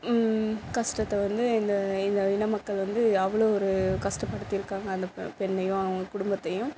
கஷ்டத்த வந்து இந்த இந்த இனமக்கள் வந்து அவ்வளோ ஒரு கஷ்டப்படுத்தி இருக்காங்க அந்த பெண்ணையும் அவங்க குடும்பத்தையும்